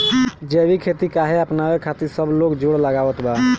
जैविक खेती काहे अपनावे खातिर सब लोग जोड़ लगावत बा?